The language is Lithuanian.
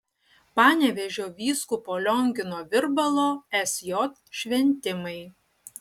panevėžio vyskupo liongino virbalo sj šventimai